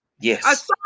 Yes